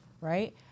right